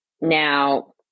Now